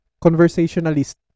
conversationalist